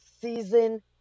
Season